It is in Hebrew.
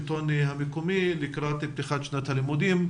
לקראת פתיחת שנת הלימודים.